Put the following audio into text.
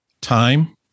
time